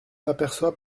aperçoit